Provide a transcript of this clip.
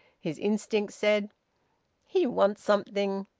his instinct said he wants something.